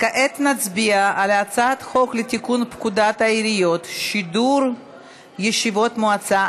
כעת נצביע על הצעת חוק לתיקון פקודת העיריות (שידור ישיבות מועצה),